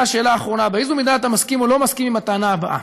והשאלה האחרונה: "באיזו מידה אתה מסכים או לא מסכים עם הטענה הבאה: